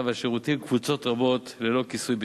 והותיר קבוצות רבות ללא כיסוי ביטוחי.